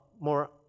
more